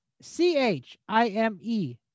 C-H-I-M-E